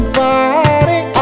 body